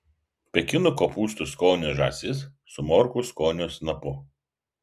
pekino kopūstų skonio žąsis su morkų skonio snapu